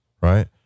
right